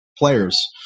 players